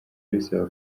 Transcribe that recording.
bisaba